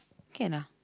can ah